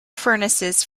furnaces